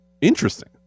interesting